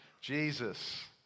Jesus